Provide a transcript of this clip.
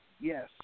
Yes